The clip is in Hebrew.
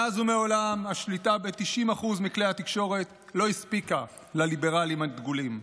מאז ומעולם השליטה ב-90% מכלי התקשורת לא הספיקה לליברלים הדגולים.